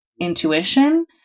intuition